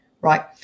right